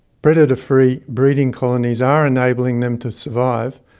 predator-free breeding colonies are enabling them to survive,